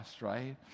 right